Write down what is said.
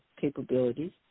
capabilities